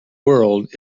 world